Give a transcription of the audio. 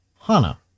Hana